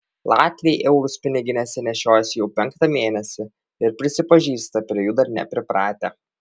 latviai eurus piniginėse nešiojasi jau penktą mėnesį ir prisipažįsta prie jų dar nepripratę